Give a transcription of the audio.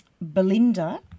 Belinda